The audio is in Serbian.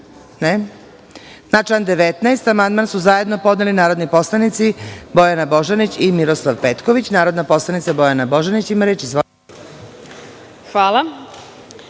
član 19. amandman su zajedno podneli narodni poslanici Bojana Božanić i Miroslav Petković. Narodna poslanica Bojana Božanić ima reč. Izvolite.